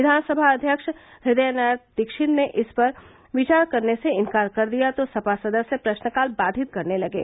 विघानसभा अध्यक्ष हृदय नाथ दीक्षित ने इस पर विचार करने से इनकार कर दिया तो सपा सदस्य प्रश्नकाल बाधित करने लगे